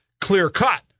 clear-cut